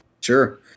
Sure